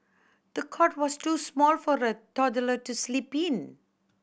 the cot was too small for the toddler to sleep in